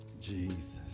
Jesus